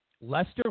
Lester